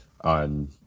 on